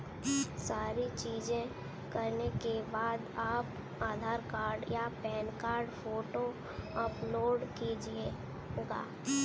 सारी चीजें करने के बाद आप आधार कार्ड या पैन कार्ड फोटो अपलोड कीजिएगा